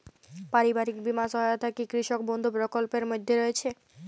পারিবারিক বীমা সহায়তা কি কৃষক বন্ধু প্রকল্পের মধ্যে রয়েছে?